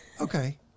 Okay